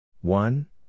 One